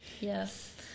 Yes